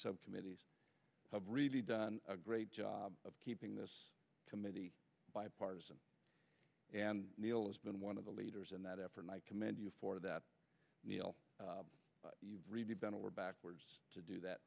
these committees have really done a great job of keeping this committee bipartisan and neil has been one of the leaders in that effort and i commend you for that you've really bent over backwards to do that